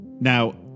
now